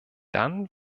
dann